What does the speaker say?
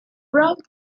road